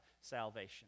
salvation